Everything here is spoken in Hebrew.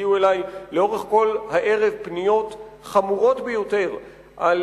הגיעו אלי לאורך כל הערב פניות חמורות ביותר על